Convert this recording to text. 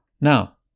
Now